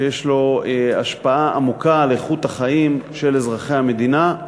ויש לו השפעה עמוקה על איכות החיים של אזרחי המדינה,